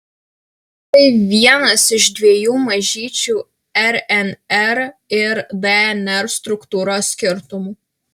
tai vienas iš dviejų mažyčių rnr ir dnr struktūros skirtumų